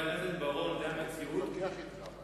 אני לא רוצה להתווכח אתך,